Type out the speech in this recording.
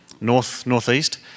north-northeast